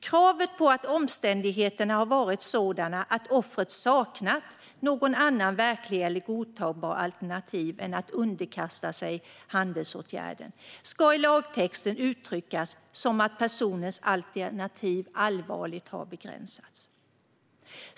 Kravet på att omständigheterna har varit sådana att offret saknat något annat verkligt eller godtagbart alternativ än att underkasta sig handelsåtgärden ska i lagtexten uttryckas som att personens alternativ allvarligt har begränsats.